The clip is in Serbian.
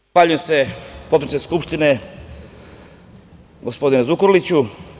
Zahvaljujem se, potpredsedniče Skupštine, gospodine Zukorliću.